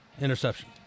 interception